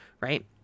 right